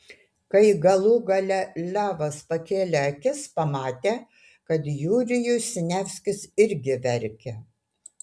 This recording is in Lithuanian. kai galų gale levas pakėlė akis pamatė kad jurijus siniavskis irgi verkia